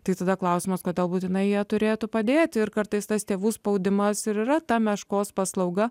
tai tada klausimas kodėl būtinai turėtų padėti ir kartais tas tėvų spaudimas ir yra ta meškos paslauga